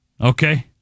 Okay